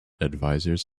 advisors